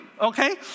okay